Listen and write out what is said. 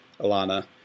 Alana